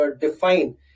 define